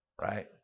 right